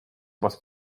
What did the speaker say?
was